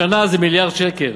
השנה זה מיליארד שקל.